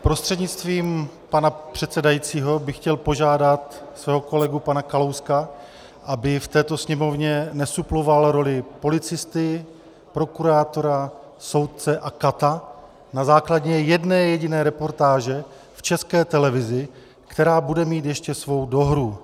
Prostřednictvím pana předsedajícího bych chtěl požádat svého kolegu pana Kalouska, aby v této Sněmovně nesuploval roli policisty, prokurátora, soudce a kata na základě jedné jediné reportáže v České televizi, která bude mít ještě svou dohru.